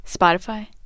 Spotify